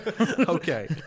Okay